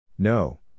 No